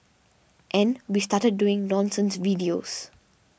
and we started doing nonsense videos